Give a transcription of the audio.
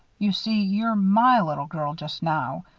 you see, you're my little girl, just now.